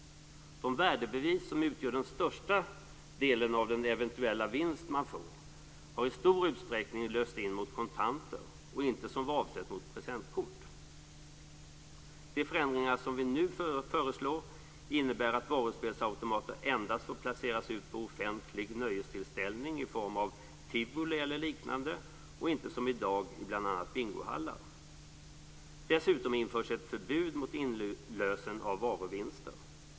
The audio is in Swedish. De värdebevis som utgör den största delen av den eventuella vinst man får har i stor utsträckning lösts in mot kontanter och inte som var avsett mot presentkort. De förändringar som vi nu föreslår innebär att varuspelsautomater endast får placeras ut på offentlig nöjestillställning i form av tivoli eller liknande och inte som i dag i bl.a. bingohallar. Dessutom införs ett förbud mot inlösen av varuvinster.